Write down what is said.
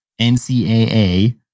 NCAA